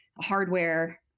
hardware